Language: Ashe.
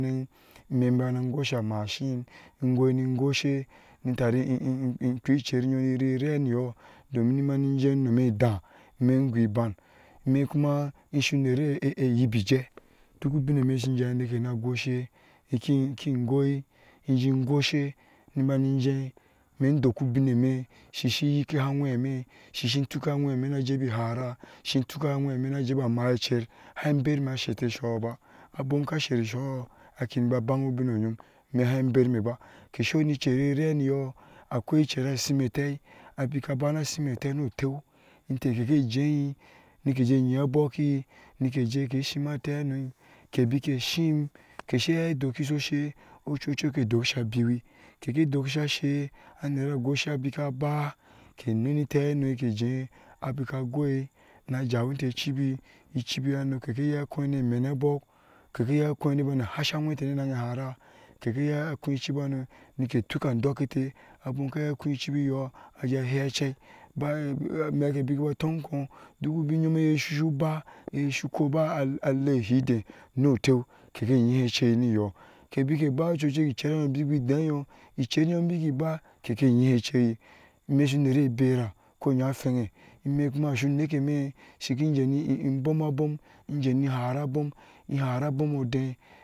Me bana gosa masin igwani goshe itari kpe cher yɔɔm nirenuyɔɔ domin ni bana jeh unomidɛh ber mɛ gunben mɛ kuma su nayei iyepejah dɔɔko chumi shi jeh amike na goshiyɛh ki gwai ni jen goshe ni bani jeh mi dɔɔk ubinmi shi-shi yeke a aŋwɛmi shi shin itukaŋwɛmi na jebe hara gai tuka anwemi asheke esoyɔɔba abom ka shir soyɔɔ na baba bayɔ ubiyɔɔ ni ha bema ba ke sunu icher nireneyɔɔ akwai icher ashini teh abeka ba na shimi eteh nutaih iteh jeyir ke gai jen jeh nyan abɔɔkir nike jeh ke shimi tahɛnu ke beke shim ke sai iya adɔɔki su she ochu chik dɔɔk sa beweh keke dɔɔk sa she anarya goshe baba ke nanɛ tahenu ke jeh abeka gwai najawa te echibi echibi no keke iya koŋ nike meneh abɔɔk ke gai iya akoŋ ne hashi aŋwɛteh ni nɛhe ihara keke iya akoŋ chibihanu nike tuka adɔɔketeh abɔɔ ka hya koŋ chibi yɔɔ na heche baya amɛke baba toŋ koŋ dɔɔku ubinyi su suba eyeh su su koba alehedin nutai keke ikehɛ̃ echeyir niyɔɔ abeke ba chuchum be dinyɔɔ keke yihecheyir imɛ esu nayir bera ko yan akwɛŋ mɛ kuma insu nike mi ke jeni boma bom ni hara bomo dɛh.